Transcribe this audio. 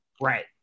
Right